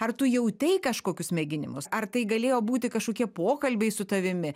ar tu jautei kažkokius mėginimus ar tai galėjo būti kažkokie pokalbiai su tavimi